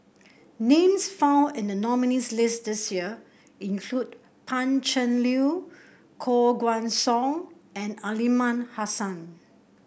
names found in the nominees' list this year include Pan Cheng Lui Koh Guan Song and Aliman Hassan